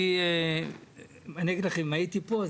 אם הייתי פה,